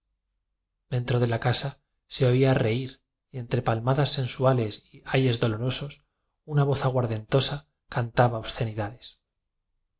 dentro de la casa se oía reir y entre pal mas sensuales y ayes dolorosos una voz aguardentosa cantaba obscenidades